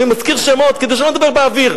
אני מזכיר שמות כדי שלא נדבר באוויר.